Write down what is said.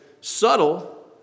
subtle